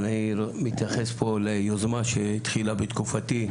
אבל אני מתייחס פה ליוזמה שהתחילה בתקופתי,